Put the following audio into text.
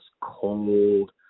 cold